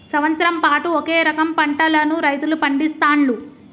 సంవత్సరం పాటు ఒకే రకం పంటలను రైతులు పండిస్తాండ్లు